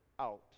out